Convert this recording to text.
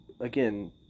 again